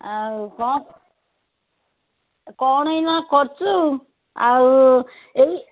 ଆଉ କ'ଣ ଆଉ କ'ଣ ଏଇନା କରୁଛୁ ଆଉ ଏଇ